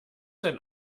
sein